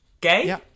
Gay